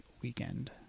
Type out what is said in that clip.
weekend